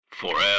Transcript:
Forever